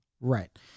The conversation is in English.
Right